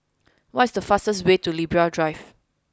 what is the fastest way to Libra Drive